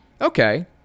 Okay